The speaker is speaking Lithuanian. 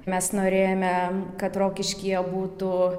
mes norėjome kad rokiškyje būtų